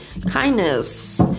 Kindness